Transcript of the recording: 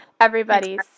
everybody's